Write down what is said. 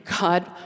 god